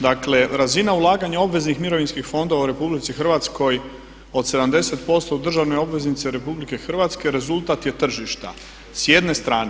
Dakle razina ulaganja obveznih mirovinskih fondova u RH od 70% u državne obveznice RH rezultat je tržišta s jedne strane.